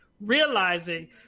realizing